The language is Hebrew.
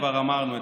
כבר אמרנו,